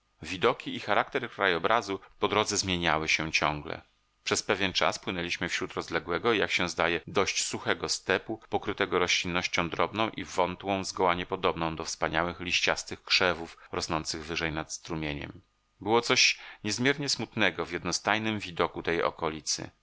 widoki i charakter krajobrazu po drodze zmieniały się ciągle przez pewien czas płynęliśmy wśród rozległego i jak się zdaje dość suchego stepu pokrytego roślinnością drobną i wątłą zgoła niepodobną do wspaniałych liściastych krzewów rosnących wyżej nad strumieniem było coś niezmiernie smutnego w jednostajnym widoku tej okolicy